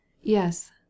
Yes